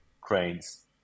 cranes